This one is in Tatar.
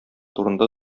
турында